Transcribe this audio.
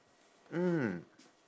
mm